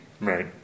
Right